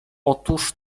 otóż